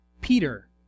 Peter